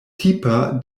tipa